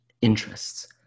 interests